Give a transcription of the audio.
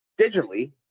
Digitally